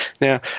Now